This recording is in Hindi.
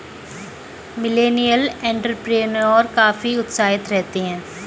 मिलेनियल एंटेरप्रेन्योर काफी उत्साहित रहते हैं